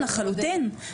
לחלוטין,